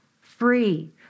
free